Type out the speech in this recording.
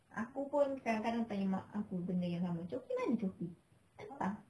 aku pun kadang-kadang tanya mak aku benda yang sama cuki mana cuki entah